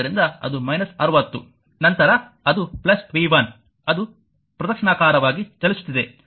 ಆದ್ದರಿಂದ ಅದು 60 ನಂತರ ಅದು v1 ಅದು ಪ್ರದಕ್ಷಿಣಾಕಾರವಾಗಿ ಚಲಿಸುತ್ತಿದೆ